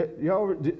Y'all